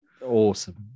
awesome